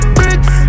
bricks